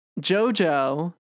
JoJo